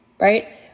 right